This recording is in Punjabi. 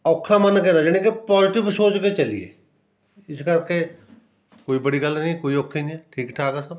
ਔਖਾ ਮੰਨ ਕੇ ਨਾ ਜਾਣੀ ਕਿ ਪੋਜੀਟਿਵ ਸੋਚ ਕੇ ਚੱਲੀਏ ਇਸ ਕਰਕੇ ਕੋਈ ਬੜੀ ਗੱਲ ਨਹੀਂ ਕੋਈ ਔਖੀ ਨਹੀਂ ਠੀਕ ਠਾਕ ਆ ਸਭ